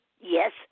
Yes